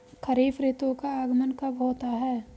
खरीफ ऋतु का आगमन कब होता है?